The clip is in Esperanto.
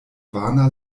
vana